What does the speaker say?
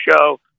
show